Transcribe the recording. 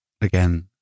again